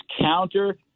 counter